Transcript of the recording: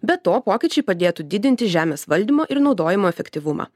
be to pokyčiai padėtų didinti žemės valdymo ir naudojimo efektyvumą